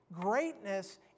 greatness